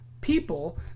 people